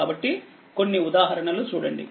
కాబట్టి కొన్నిఉదాహరణలుచూడండి